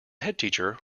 headteacher